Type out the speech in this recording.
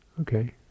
Okay